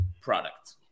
product